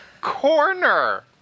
Corner